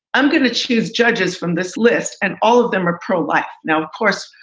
i'm going to choose judges from this list. and all of them are pro-life. now, of course,